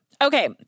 Okay